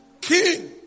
King